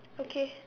okay